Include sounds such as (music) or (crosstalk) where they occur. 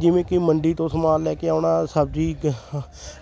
ਜਿਵੇਂ ਕਿ ਮੰਡੀ ਤੋਂ ਸਮਾਨ ਲੈ ਕੇ ਆਉਣਾ ਸਬਜ਼ੀ (unintelligible)